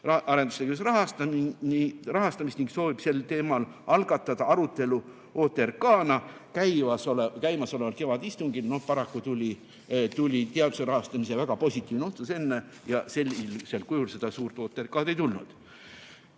teadus-arendustegevuse rahastamist ning soovime sel teemal algatada arutelu OTRK-na käimasoleval kevadistungil. Paraku tuli teaduse rahastamise väga positiivne otsus enne ja sellisel kujul seda suurt OTRK-d ei tulnud.